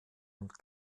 und